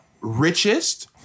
richest